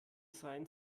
seien